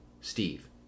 Steve